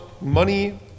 money